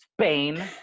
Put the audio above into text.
Spain